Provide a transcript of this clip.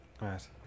right